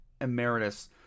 Emeritus